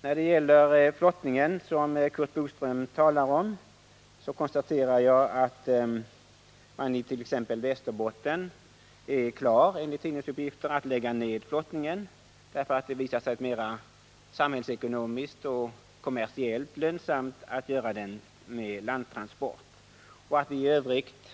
När det gäller flottningen, som Curt Boström talade om, konstaterar jag att man i Västerbotten är klar, enligt tidningsuppgifter, att lägga ned flottningen därför att det visat sig samhällsekonomiskt och företagsekonomiskt mer lönsamt att transportera timret landvägen. I övrigt